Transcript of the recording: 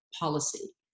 Policy